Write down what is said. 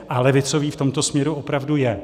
A levicový v tomto směru opravdu je.